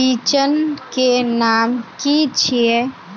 बिचन के नाम की छिये?